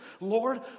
Lord